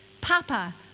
Papa